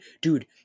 dude